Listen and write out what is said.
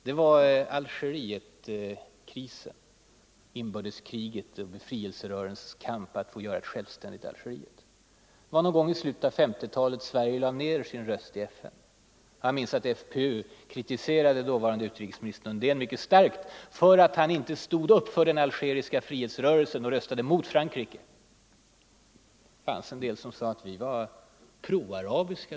Det var om Algerietkrisen, och befrielserörelsens kamp för att göra Algeriet självständigt. Det var någon gång i slutet på 1950-talet som Sverige lade ned sin röst i FN. Jag minns att FPU kritiserade den dåvarande' utrikesministern Undén mycket hårt för att han inte stod upp för den algeriska frihetsrörelsen och röstade emot Frankrike. Det fanns då en del som sade att vi FPU-are var proarabiska.